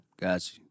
Gotcha